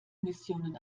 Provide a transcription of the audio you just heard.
missionen